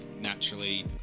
naturally